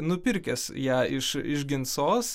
nupirkęs ją iš iš ginsos